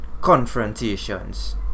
confrontations